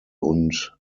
und